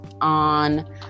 on